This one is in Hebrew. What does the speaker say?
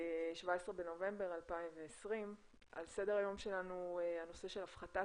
17 בנובמבר 2020. על סדר היום שלנו הנושא של הפחתת